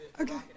Okay